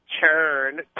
turn